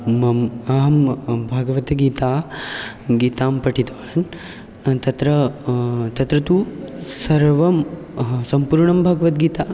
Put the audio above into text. मम अहं भागवतगीता गीतां पठितवान् तत्र तत्र तु सर्वं सम्पूर्णं भगवद्गीता